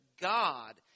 God